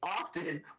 often